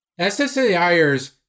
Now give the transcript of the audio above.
SSAIers